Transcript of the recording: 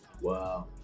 Wow